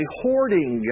hoarding